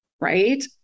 Right